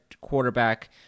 quarterback